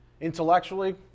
Intellectually